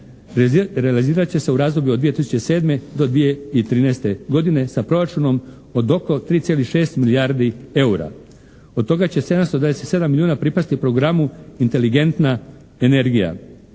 Realizirat će se u razdoblju od 2007. do 2013. godine sa proračunom od oko 3,6 milijardi eura. Od toga će 727 milijuna pripasti programu inteligentna energija